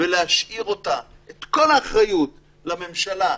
ולהשאיר את כל האחריות לממשלה,